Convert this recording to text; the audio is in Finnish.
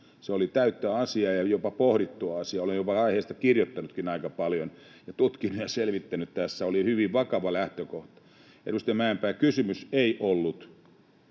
Se oli täyttä asiaa ja jopa pohdittua asiaa. Olen jopa aiheesta kirjoittanutkin aika paljon ja tutkinut ja selvittänyt sitä. Tässä oli hyvin vakava lähtökohta. Edustaja Mäenpää, kysymys ei ollut